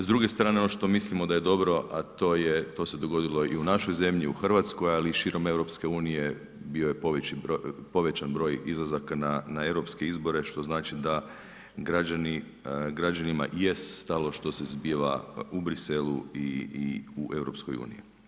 S druge strane ono što mislimo da je dobro, a to se dogodilo i u našoj zemlji u Hrvatskoj, ali i širom EU bio je povećan broj izlazaka na europske izbore, što znači da građanima jest stalo što se zbiva u Bruxellesu i u EU.